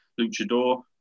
Luchador